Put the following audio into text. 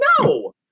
No